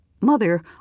Mother